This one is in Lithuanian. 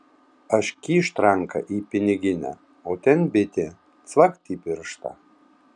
aš kyšt ranką į piniginę o ten bitė cvakt į pirštą